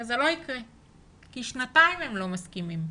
שזה לא יקרה כי שנתיים הם לא מסכימים.